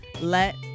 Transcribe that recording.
let